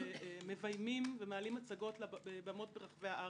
שמביימים ומעלים הצגות לבמות ברחבי הארץ.